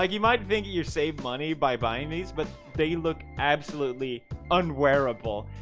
like you might think you save money by buying these but they look absolutely unwearable.